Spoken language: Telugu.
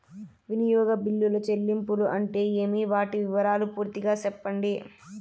వినియోగ బిల్లుల చెల్లింపులు అంటే ఏమి? వాటి వివరాలు పూర్తిగా సెప్పండి?